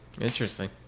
Interesting